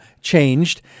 changed